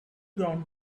ground